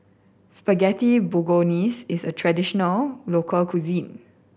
Spaghetti Bolognese is a traditional local cuisine